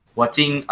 watching